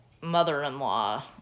mother-in-law